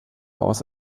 aus